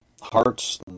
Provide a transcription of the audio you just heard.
hearts